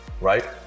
right